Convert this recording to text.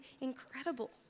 incredible